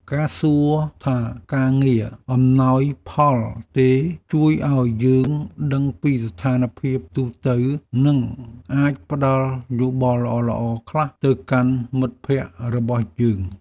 ការសួរថាការងារអំណោយផលទេជួយឱ្យយើងដឹងពីស្ថានភាពទូទៅនិងអាចផ្ដល់យោបល់ល្អៗខ្លះទៅកាន់មិត្តភក្តិរបស់យើង។